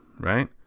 right